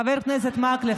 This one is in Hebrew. חבר הכנסת מקלב,